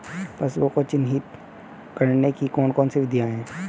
पशुओं को चिन्हित करने की कौन कौन सी विधियां हैं?